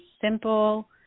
simple